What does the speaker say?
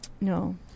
No